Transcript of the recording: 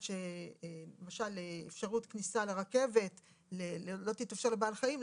שלמשל כניסה לרכבת לא תתאפשר לבעל חיים,